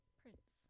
prince